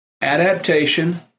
Adaptation